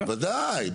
בוודאי,